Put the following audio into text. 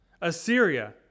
Assyria